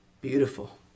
beautiful